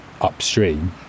upstream